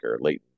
Leighton